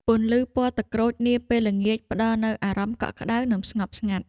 ពន្លឺពណ៌ទឹកក្រូចនាពេលល្ងាច ផ្តល់នូវអារម្មណ៍កក់ក្តៅ និងស្ងប់ស្ងាត់។